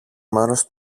μέρος